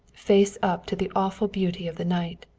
face up to the awful beauty of the night.